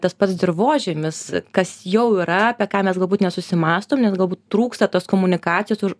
tas pats dirvožemis kas jau yra apie ką mes galbūt nesusimąstom nes galbūt trūksta tos komunikacijos ir